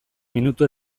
minutu